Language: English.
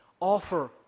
offer